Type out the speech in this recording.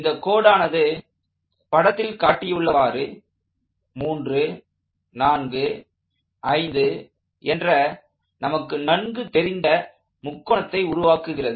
இந்த கோடானது படத்தில் காட்டியுள்ளவாறு 345 என்ற நமக்கு நன்கு தெரிந்த முக்கோணத்தை உருவாக்குகிறது